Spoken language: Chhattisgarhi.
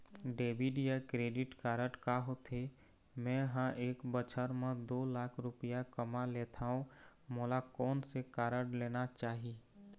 डेबिट या क्रेडिट कारड का होथे, मे ह एक बछर म दो लाख रुपया कमा लेथव मोला कोन से कारड लेना चाही?